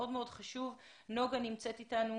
נמצאת אתנו